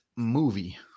movie